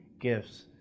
gifts